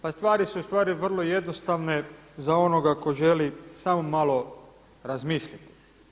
Pa stvari su u stvari vrlo jednostavne za onoga tko želi samo malo razmisliti.